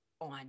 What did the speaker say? on